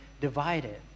divided